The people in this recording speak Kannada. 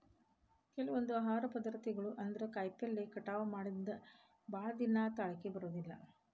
ಕೆಲವೊಂದ ಆಹಾರ ಪದಾರ್ಥಗಳು ಅಂದ್ರ ಕಾಯಿಪಲ್ಲೆ ಕಟಾವ ಮಾಡಿಂದ ಭಾಳದಿನಾ ತಾಳಕಿ ಬರುದಿಲ್ಲಾ